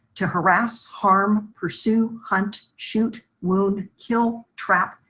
to harass, harm, pursue, hunt, shoot, wound, kill, trap,